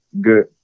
good